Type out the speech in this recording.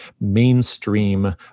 mainstream